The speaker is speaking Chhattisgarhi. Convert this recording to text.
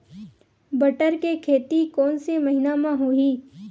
बटर के खेती कोन से महिना म होही?